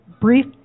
brief